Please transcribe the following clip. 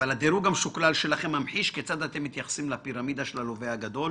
הדירוג המשוקלל שלכם ממחיש כיצד אתם מתייחסים לפירמידה של הלווה הגדול